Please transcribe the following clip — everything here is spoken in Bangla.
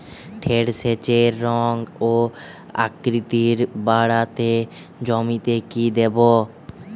ঢেঁড়সের রং ও আকৃতিতে বাড়াতে জমিতে কি দেবো?